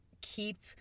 keep